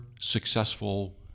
successful